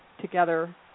together